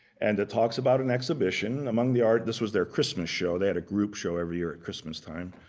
and it talks about an exhibition among the art. this was their christmas show they had a group show every year at christmas time,